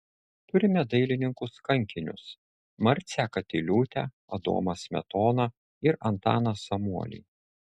turime dailininkus kankinius marcę katiliūtę adomą smetoną ir antaną samuolį